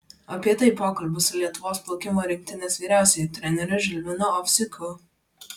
apie tai pokalbis su lietuvos plaukimo rinktinės vyriausiuoju treneriu žilvinu ovsiuku